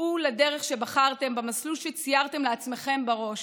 צאו לדרך שבחרתם במסלול שציירתם לעצמכם בראש.